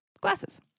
Glasses